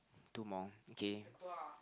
two more okay